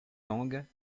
langues